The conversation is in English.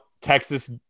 Texas